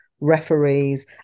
referees